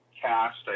cast